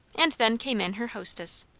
and then came in her hostess.